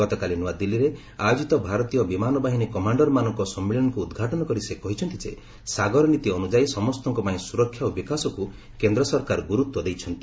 ଗତକାଲି ନୂଆଦିଲ୍ଲୀଠାରେ ଆୟୋଜିତ ଭାରତୀୟ ବିମାନ ବାହିନୀ କମାଣ୍ଡରମାନଙ୍କ ସମ୍ମିଳନୀକୁ ଉଦ୍ଘାଟନ କରି ସେ କହିଛନ୍ତି ଯେ ସାଗର ନିତୀ ଅନୁଯାୟୀ ସମସ୍ତଙ୍କ ପାଇଁ ସୁରକ୍ଷା ଓ ବିକାଶକୁ କେନ୍ଦ୍ର ସରକାର ଗୁରୁତ୍ୱ ଦେଇଛନ୍ତି